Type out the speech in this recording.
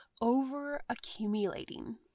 over-accumulating